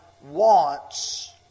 wants